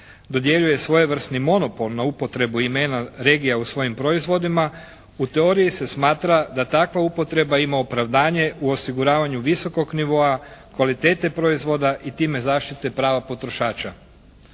dodjeljuje svojevrsni monopol na upotrebu imena regija u svojim proizvodima u teoriji se smatra da takva upotreba ima opravdanje u osiguravanju visokog nivoa kvalitete proizvoda i time zaštite prava potrošača.